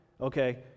Okay